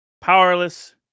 powerless